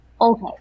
Okay